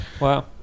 Wow